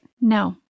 No